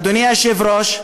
אדוני היושב-ראש,